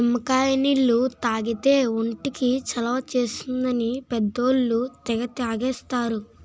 నిమ్మకాయ నీళ్లు తాగితే ఒంటికి చలవ చేస్తుందని పెద్దోళ్ళు తెగ తాగేస్తారు